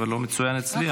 זה לא מצוין אצלי.